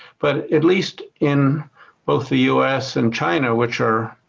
but at least in both the u s. and china, which are